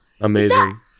Amazing